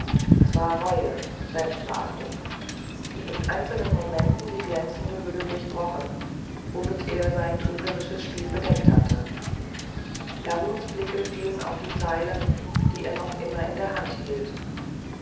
es war reue selbstverachtung die in einzelnen momenten die glänzende hülle durchbrochen womit er sein trügerisches spiel bedeckt hatte laruns blicke fielen auf die zeilen die er noch immer in der hand hielt